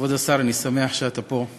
כבוד השר, אני שמח שאתה פה.